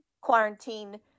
quarantine